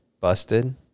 busted